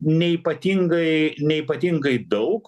neypatingai neypatingai daug